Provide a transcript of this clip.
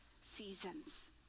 seasons